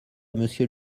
monsieur